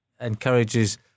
encourages